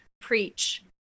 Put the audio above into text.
preach